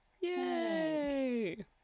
Yay